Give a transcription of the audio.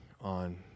on